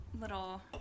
little